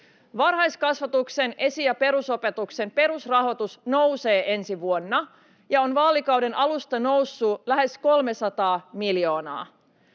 Varhaiskasvatuksen, esi- ja perusopetuksen perusrahoitus nousee ensi vuonna ja on vaalikauden alusta noussut lähes 300 miljoonaa.